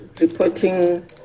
reporting